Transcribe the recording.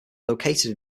located